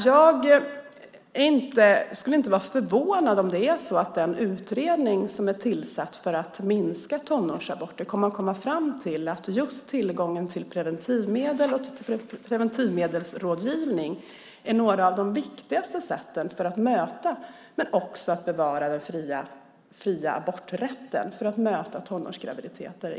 Jag skulle inte bli förvånad om den utredning som är tillsatt för att minska tonårsaborter kommer att komma fram till att just tillgången till preventivmedel och preventivmedelsrådgivning är några av de viktigaste sätten att möta men också att bevara den fria aborträtten. Det handlar om att möta tonårsgraviditeter.